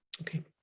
Okay